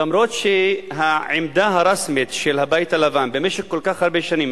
אפילו שהעמדה הרשמית של הבית הלבן במשך כל כך הרבה שנים,